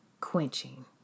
quenching